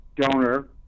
donor